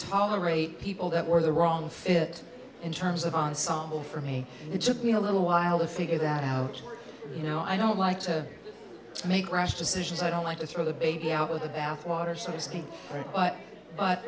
tolerate people that were the wrong fit in terms of ensemble for me it took me a little while to figure that out you know i don't like to make rash decisions i don't like to throw the baby out with the bathwater so to speak but